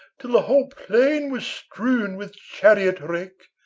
till the whole plain was strewn with chariot-wreck.